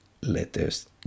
letters